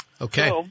Okay